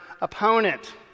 opponent